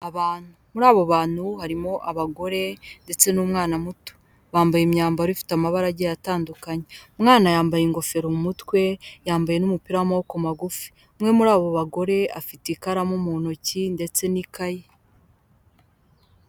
Abantu; muri abo bantu harimo abagore ndetse n'umwana muto bambaye imyambaro ifite amabara agiye atandukanye; umwana yambaye ingofero mu mutwe yambaye n'umupira w'amaboko magufi; umwe muri abo bagore afite ikaramu mu ntoki ndetse n'ikayi.